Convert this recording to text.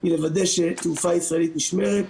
היא לוודא שהתעופה הישראלית נשמרת.